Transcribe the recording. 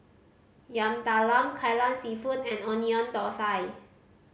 Yam Talam Kai Lan Seafood and Onion Thosai